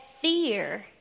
fear